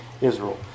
Israel